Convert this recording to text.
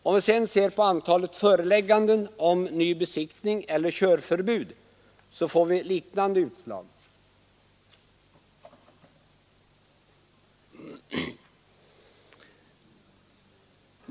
Ser vi sedan på antalet förelägganden om ny besiktning eller körförbud, får vi liknande utslag.